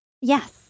Yes